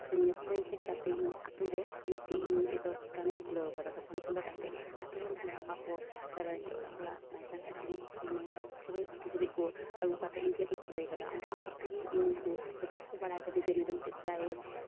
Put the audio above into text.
ᱥᱮ ᱱᱤᱭᱟᱹ ᱥᱤᱞᱟᱹᱭ ᱪᱮᱫ ᱠᱟᱛᱮᱫ ᱤᱧ ᱟᱛᱳ ᱨᱮ ᱢᱤᱫᱴᱮᱡ ᱤᱧ ᱢᱤᱫᱴᱮᱡ ᱫᱚᱠᱟᱱᱮᱧ ᱠᱷᱩᱞᱟᱹᱣ ᱠᱟᱫᱟ ᱫᱚᱠᱟᱱ ᱠᱷᱩᱞᱟᱹᱣ ᱠᱟᱛᱮᱫ ᱟᱛᱳ ᱨᱮᱱ ᱦᱚᱲᱟᱜ ᱚᱠᱟ ᱠᱚ ᱨᱮᱸᱜᱮᱡ ᱚᱨᱮᱡ ᱦᱚᱲᱟᱜ ᱱᱟᱪᱟᱨ ᱠᱤᱪᱨᱤᱡ ᱢᱟᱱᱮ ᱪᱤᱨᱟᱹ ᱠᱤᱪᱨᱤᱡ ᱠᱚ ᱟᱹᱜᱩ ᱠᱟᱛᱮᱫ ᱤᱧ ᱴᱷᱮᱡ ᱠᱚ ᱥᱤᱞᱟᱹᱭ ᱠᱟᱫᱟ ᱚᱱᱠᱟ ᱚᱱᱠᱟ ᱛᱮᱜᱮ ᱤᱧ ᱠᱚ ᱡᱷᱚᱛᱚ ᱦᱚᱲ ᱠᱚ ᱵᱟᱲᱟ ᱠᱟᱫᱤᱧᱟ ᱡᱮ ᱱᱩᱭ ᱫᱚ ᱢᱤᱫᱴᱮᱡ ᱥᱤᱞᱟᱹᱭᱮ